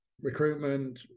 recruitment